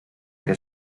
que